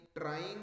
trying